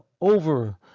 over